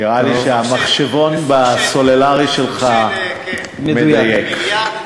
נראה לי שהמחשבון בסלולרי שלך מדייק.